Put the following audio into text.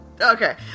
Okay